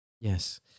Yes